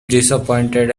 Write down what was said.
disappointed